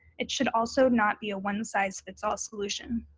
it should also not be a one size fits all solution.